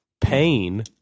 pain